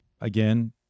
Again